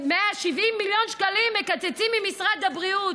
170 מיליון שקלים מקצצים ממשרד הבריאות,